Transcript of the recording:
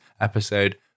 episode